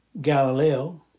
Galileo